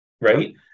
right